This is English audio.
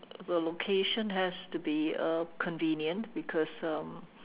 the location has to be uh convenient because um